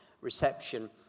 reception